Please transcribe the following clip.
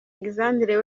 alexandre